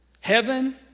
heaven